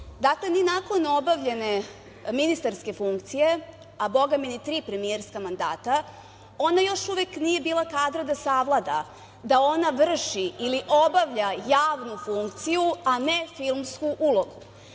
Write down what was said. Dakle, ni nakon obavljene ministarske funkcije, a bogami ni tri premijerska mandata, ona još uvek nije bila kadra da savlada da ona vrši ili obavlja javnu funkciju, a ne filmsku ulogu.